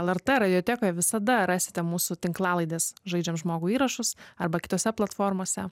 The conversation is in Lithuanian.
lrt radiotekoje visada rasite mūsų tinklalaides žaidžiam žmogų įrašus arba kitose platformose